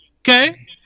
okay